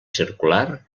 circular